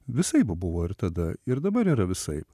visaip buvo ir tada ir dabar yra visaip